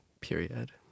period